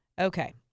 okay